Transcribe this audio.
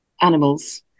animals